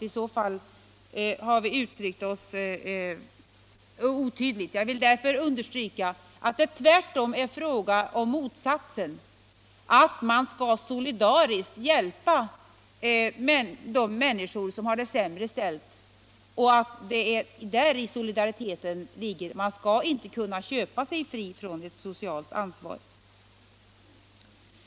I så fall har vi uttryckt oss otydligt. Jag vill understryka av det tvärtom är fråga om motsatsen: att man skall solidariskt hjälpa de människor som har det sämre ställt. Det är däri solidariteten ligger. Ingen skall kunna köpa sig fri från eu socialt ansvar.